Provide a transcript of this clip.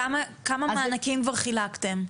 כמה מענקים כבר חילקתם?